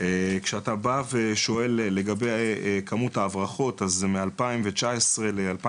כשאתה בא ושואל לגבי כמות ההברחות: אז מ-2019 ל- 2023,